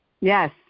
Yes